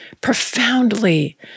profoundly